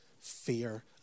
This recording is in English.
fear